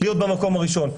להיות במקום הראשון,